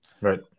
Right